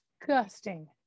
disgusting